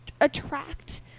attract